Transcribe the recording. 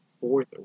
fourth